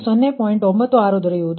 96 ದೊರೆಯುವುದು